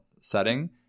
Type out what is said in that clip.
setting